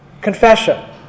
confession